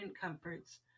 comforts